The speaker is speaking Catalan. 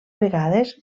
vegades